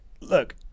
look